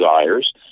desires